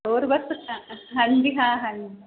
ਹੋਰ ਬਸ ਹਾਂਜੀ ਹਾਂ ਹਾਂਜੀ